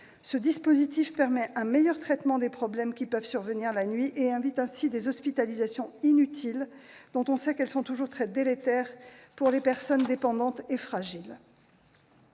Ce dispositif permet un meilleur traitement des problèmes qui peuvent survenir la nuit et évite ainsi des hospitalisations inutiles dont on sait qu'elles sont toujours très délétères pour des personnes dépendantes et fragiles.